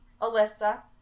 Alyssa